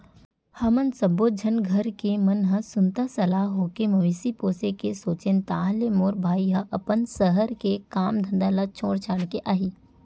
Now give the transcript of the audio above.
हमन सब्बो झन घर के मन ह सुनता सलाह होके मवेशी पोसे के सोचेन ताहले मोर भाई ह अपन सहर के काम धंधा ल छोड़ छाड़ के आही